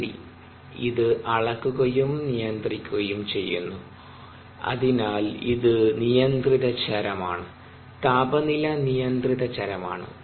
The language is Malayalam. RTD ഇത് അളക്കുകയും നിയന്ത്രിക്കുകയും ചെയ്യുന്നു അതിനാൽ ഇത് നിയന്ത്രിത ചരമാണ് താപനില നിയന്ത്രിത ചരമാണ്